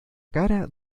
cara